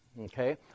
okay